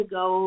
go